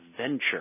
Venture